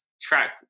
track